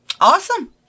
Awesome